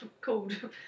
called